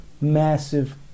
massive